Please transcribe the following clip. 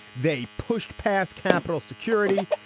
they pushed past capitol security.